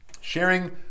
sharing